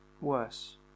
worse